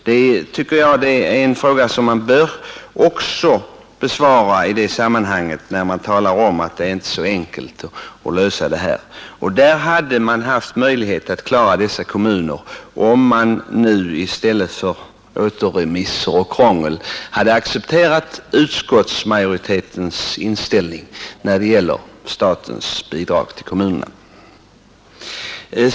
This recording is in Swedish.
Det tycker jag är en fråga som man också bör besvara i sammanhanget, när man talar om att det inte är så enkelt att lösa det här problemet. Man hade haft möjlighet att klara dessa kommuner, om man nu i stället för återremisser och krångel hade accepterat utskottsmajoritetens inställning när det gäller statens bidrag till kommunerna.